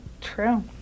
True